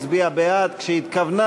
הצביעה בעד כשהתכוונה